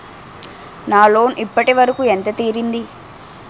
నా లోన్ ఇప్పటి వరకూ ఎంత తీరింది?